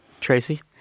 Tracy